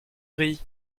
gris